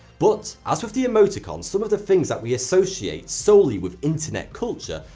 but as with the emoticon, some of the things that we associate solely with internet culture,